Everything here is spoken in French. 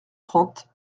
trente